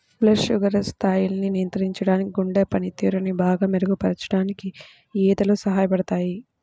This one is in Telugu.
బ్లడ్ షుగర్ స్థాయిల్ని నియంత్రించడానికి, గుండె పనితీరుని బాగా మెరుగుపరచడానికి యీ ఊదలు సహాయపడతయ్యి